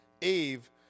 Eve